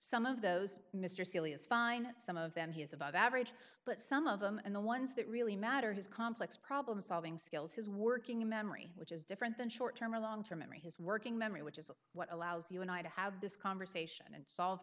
some of those mr seely is fine some of them he is above average but some of them and the ones that really matter his complex problem solving skills his working memory which is different than short term or long term memory his working memory which is what allows you and i to have this conversation and solve